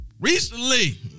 recently